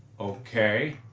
okay?